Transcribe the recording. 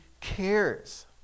cares